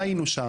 היינו שם,